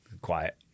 quiet